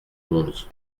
onze